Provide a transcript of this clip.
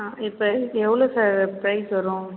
ஆ இப்போ எவ்வளோ sir price வரும்